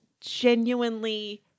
genuinely